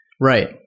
Right